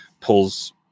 pulls